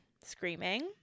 screaming